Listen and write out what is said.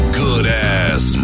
good-ass